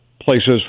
places